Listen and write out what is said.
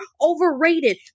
overrated